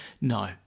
No